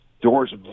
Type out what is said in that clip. Doors